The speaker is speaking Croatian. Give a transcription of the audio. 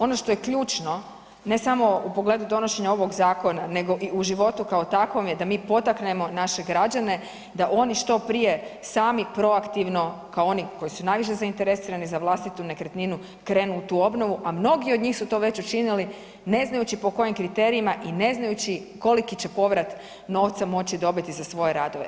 Ono što je ključno, ne samo u pogledu donošenja ovog zakona nego i u životu kao takvom je da mi potaknemo naše građane da oni što prije sami proaktivno kao oni koji su najviše zainteresirani za vlastitu nekretninu krenu u tu obnovu, a mnogi od njih su to već učinili, ne znajući po kojim kriterijima i ne znajući koliki će povrat novca moći dobiti za svoje radove.